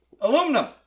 aluminum